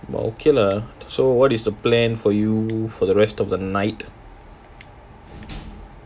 but okay lah so what is the plan for you for the rest of the night